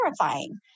terrifying